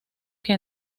que